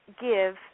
give